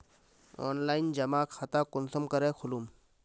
Online जमा खाता कुंसम करे खोलूम?